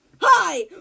Hi